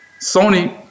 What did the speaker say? Sony